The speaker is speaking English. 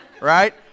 right